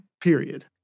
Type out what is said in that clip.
Period